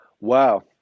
Wow